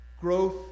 Growth